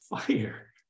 fire